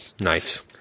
Nice